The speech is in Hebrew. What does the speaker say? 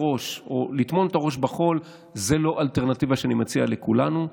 לטמון את הראש בחול זה לא אלטרנטיבה שאני מציע לכולנו.